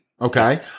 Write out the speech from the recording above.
okay